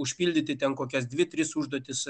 užpildyti ten kokias dvi tris užduotis